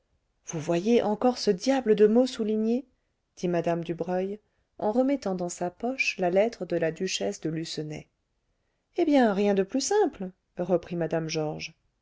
vous voyez encore ce diable de mot souligné dit mme dubreuil en remettant dans sa poche la lettre de la duchesse de lucenay eh bien rien de plus simple reprit mme georges